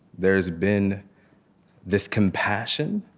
there's been this compassion